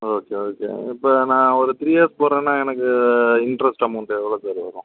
okay okay இப்போ நான் ஒரு த்ரீ இயர்ஸ் போடுறன்னா எனக்கு இன்ட்ரெஸ்ட் அமௌண்ட்டு எவ்வளோ சார் வரும்